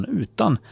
utan